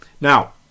Now